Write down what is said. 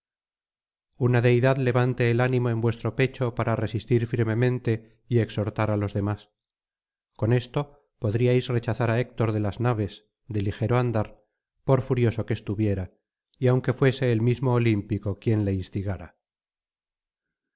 una deidad levante el ánimo en vuestro pecho para resistir firmemente y exhortar á los demás con esto podríais rechazar á héctor de las naves de ligero andar por furioso que estuviera y aunque fuese el mismo olímpico quien le instigara